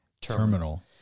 terminal